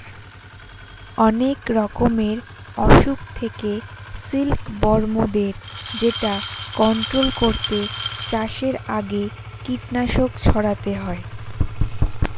অনেক রকমের অসুখ থেকে সিল্ক বর্মদের যেটা কন্ট্রোল করতে চাষের আগে কীটনাশক ছড়াতে হয়